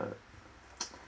uh